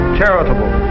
charitable